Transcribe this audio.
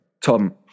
Tom